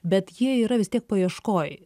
bet jie yra vis tiek paieškoj